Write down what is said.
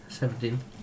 Seventeen